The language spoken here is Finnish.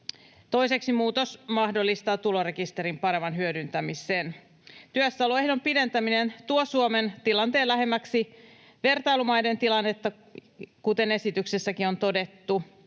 Toiseksi muutos mahdollistaa tulorekisterin paremman hyödyntämisen. Työssäoloehdon pidentäminen tuo Suomen tilanteen lähemmäksi vertailumaiden tilannetta, kuten esityksessäkin on todettu.